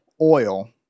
oil